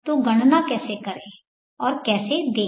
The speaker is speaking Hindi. तो गणना कैसे करें और कैसे दें